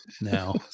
now